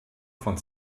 von